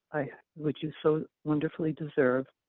which you so wonderful deserve,